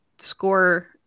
score